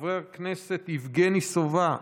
חבר הכנסת יבגני סובה,